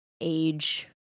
age